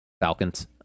Falcons